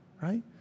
right